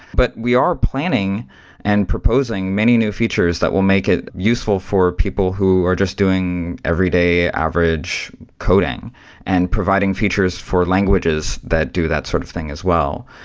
but we are planning and proposing many new features that will make it useful for people who are just doing every day average coding and providing features for languages that do that sort of thing as well.